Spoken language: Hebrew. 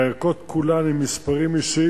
והערכות כולן עם מספרים אישיים.